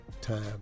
time